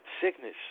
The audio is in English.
Sickness